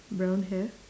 brown hair